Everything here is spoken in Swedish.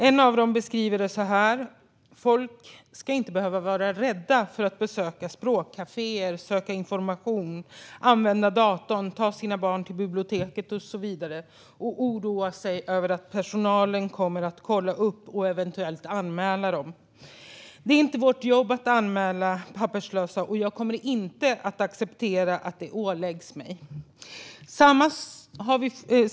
En av dem beskriver det så här: "Folk ska inte behöva vara rädda för att besöka språkcaféer, söka information, använda dator, ta sina barn till biblioteket osv och oroa sig för att personalen kommer kolla upp och ev anmäla dem. Det är inte vårt jobb att anmäla papperslösa och jag kommer inte acceptera att det åläggs mig."